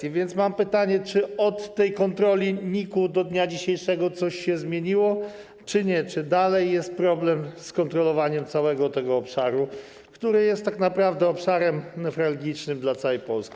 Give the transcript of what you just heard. Mam więc pytanie: Czy od tej kontroli NIK-u do dnia dzisiejszego coś się zmieniło, czy nie, czy dalej jest problem z kontrolowaniem całego tego obszaru, który jest tak naprawdę obszarem newralgicznym dla całej Polski?